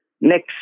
Next